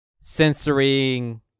censoring